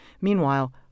Meanwhile